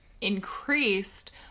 increased